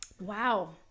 Wow